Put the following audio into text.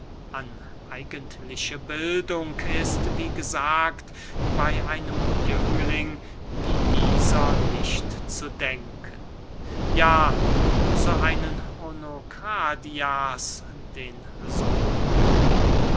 an eigentliche bildung ist wie gesagt bey einem jüngling wie dieser nicht zu denken ja so einen onokradias den sohn